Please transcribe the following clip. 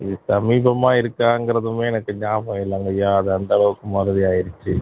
இது சமீபமாக இருக்காங்கிறதுமே எனக்கு ஞாபகம் இல்லைங்கைய்யா அது அந்த அளவுக்கு மறதி ஆயிடுச்சு